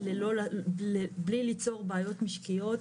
ובלי ליצור בעיות משקיות,